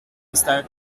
esta